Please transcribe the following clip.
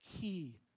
Key